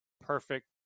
perfect